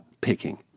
picking